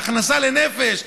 ההכנסה לנפש,